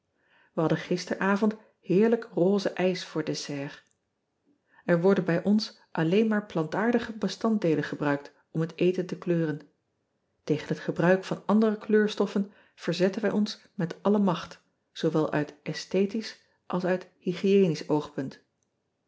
ij hadden gisteravond heerlijk rose ijs voor dessert ean ebster adertje angbeen r worden bij ons alleen maar plantaardige bestanddeelen gebruikt om het eten te kleuren egen het gebruik van andere kleurstoffen verzetten wij ons met alle macht zoowel uit aesthetisch als uit